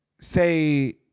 say